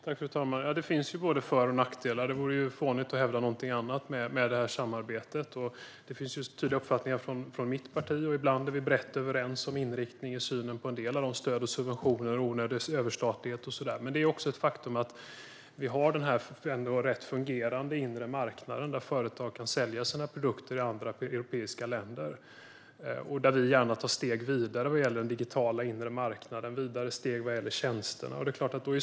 Fru talman! Ja, det finns både för och nackdelar med det här samarbetet; det vore fånigt att hävda någonting annat. Det finns tydliga uppfattningar i mitt parti, och ibland är vi brett överens om inriktning i synen på en del stöd och subventioner, onödig överstatlighet och sådant. Men det är också ett faktum att vi har denna rätt väl fungerande inre marknad, där företag kan sälja sina produkter i andra europeiska länder. Där tar vi gärna steg vidare vad gäller den digitala inre marknaden och vad gäller tjänsterna.